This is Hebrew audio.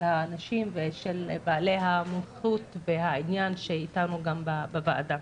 האנשים ושל הנוכחים ובעלי העניין שאתנו בוועדה.